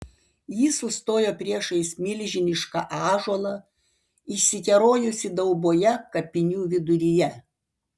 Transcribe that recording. ji sustojo priešais milžinišką ąžuolą išsikerojusį dauboje kapinių viduryje